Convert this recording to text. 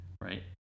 right